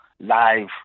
live